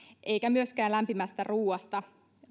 eikä myöskään lämpimästä ruuasta